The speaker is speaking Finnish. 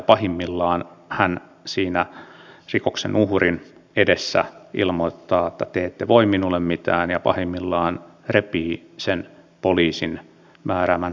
pahimmillaan hän siinä rikoksen uhrin edessä ilmoittaa että te ette voi minulle mitään ja pahimmillaan repii sen poliisin määräämän rangaistusmääräyksen